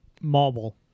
marble